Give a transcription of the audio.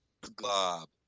glob